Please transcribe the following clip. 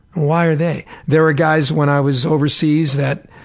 why are they? there were guys when i was overseas that